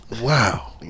Wow